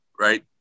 right